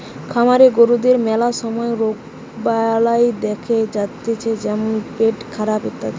খামারের গরুদের ম্যালা সময় রোগবালাই দেখা যাতিছে যেমন পেটখারাপ ইত্যাদি